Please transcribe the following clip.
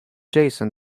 jason